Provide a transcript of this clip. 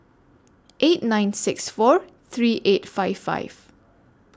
eight nine six four three eight five five